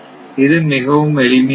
இது மிகவும் எளிமையானது